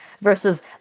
Versus